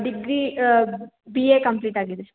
degree B A complete ಆಗಿದೆ